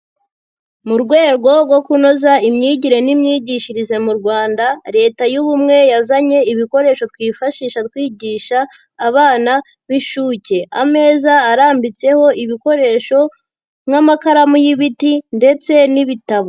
Mu rwego rwo kunoza imyigire n'imyigishirize mu Rwanda, Leta y'ubumwe yazanye ibikoresho twifashisha twigisha abana b'inshuke. Ameza arambitseho ibikoresho nk'amakaramu y'ibiti ndetse n'ibitabo.